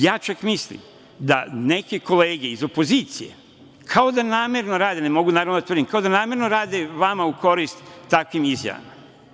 Ja čak mislim da neke kolege iz opozicije kao da namerno rade, ne mogu, naravno, da tvrdim, kao da namerno rade vama u korist takvim izjavama.